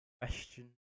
Question